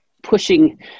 Pushing